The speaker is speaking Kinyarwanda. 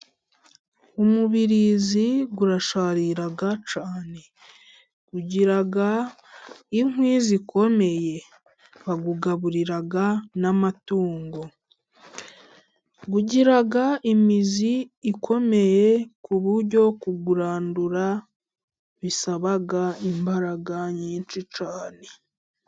Umubirizi urasharira cyane. Ugira inkwi zikomeye, bawugaburira n'amatungo. Ugira imizi ikomeye ku buryo kuwurandura bisaba imbaraga nyinshi cyane.